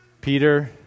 Peter